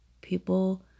people